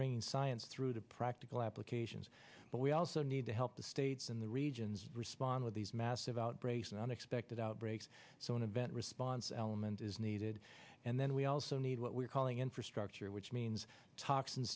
brain science through the practical applications but we also need to help the states in the regions respond to these massive outbreaks and unexpected outbreaks so an event response element is needed and then we also need what we're calling infrastructure which means toxins